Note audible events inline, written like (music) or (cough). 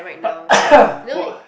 (noise) wa~